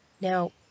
Now